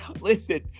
Listen